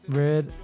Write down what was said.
red